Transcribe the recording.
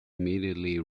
immediately